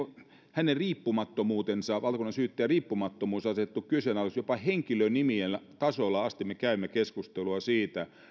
hänen riippumattomuutensa valtakunnansyyttäjän riippumattomuus on asetettu kyseenalaiseksi jopa henkilönimien tasolla me käymme keskustelua siitä